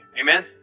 Amen